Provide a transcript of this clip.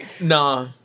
nah